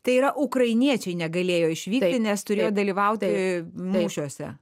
tai yra ukrainiečiai negalėjo išvykti nes turėjo dalyvauti mūšiuose